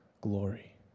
glory